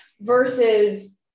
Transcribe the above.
versus